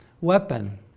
weapon